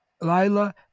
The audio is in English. Lila